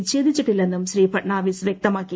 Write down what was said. വിഛേദിച്ചിട്ടില്ലെന്നും ശ്രീ ഫഡ്നാവിസ് വ്യക്തമാക്കി